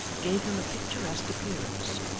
gave him a picturesque appearance,